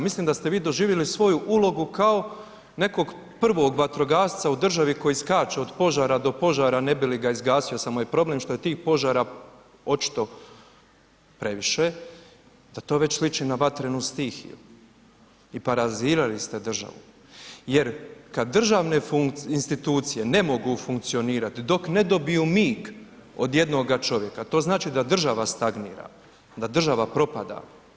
Mislim da ste vi doživjeli svoju ulogu kao nekog prvog vatrogasca u državi koji skače od požara do požara ne bi li ga izgasio, samo je problem što je tih požara očito previše, da to već sliči na vatrenu stihiju i paralizirali ste državu jer kad državne institucije ne mogu funkcionirat dok ne dobiju mig od jednoga čovjeka, to znači da država stagnira, da država propada.